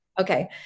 Okay